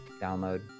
download